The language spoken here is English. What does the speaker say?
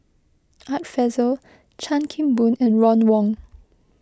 Art Fazil Chan Kim Boon and Ron Wong